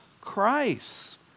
Christ